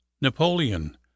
Napoleon